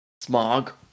smog